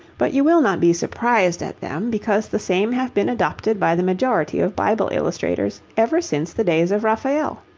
but you will not be surprised at them, because the same have been adopted by the majority of bible illustrators ever since the days of raphael.